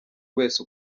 wese